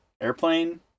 airplane